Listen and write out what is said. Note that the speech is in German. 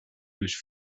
durch